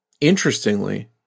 Interestingly